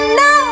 no